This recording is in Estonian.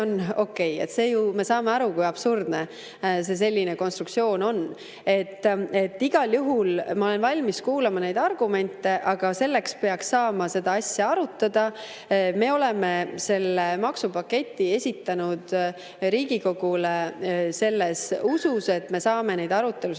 on okei. Me ju saame aru, kui absurdne selline konstruktsioon on. Igal juhul ma olen valmis kuulama neid argumente, aga selleks peaks saama seda asja arutada. Me oleme selle maksupaketi esitanud Riigikogule selles usus, et me saame neid arutelusid